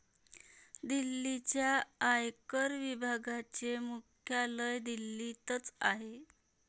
दिल्लीच्या आयकर विभागाचे मुख्यालय दिल्लीतच आहे